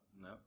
No